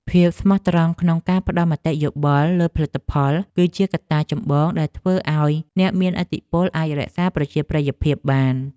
ភាពស្មោះត្រង់ក្នុងការផ្ដល់មតិយោបល់លើផលិតផល គឺជាកត្តាចម្បងដែលធ្វើឱ្យអ្នកមានឥទ្ធិពលអាចរក្សាប្រជាប្រិយភាពបាន។